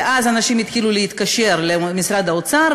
ואז אנשים התחילו להתקשר למשרד האוצר.